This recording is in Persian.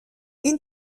این